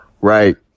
right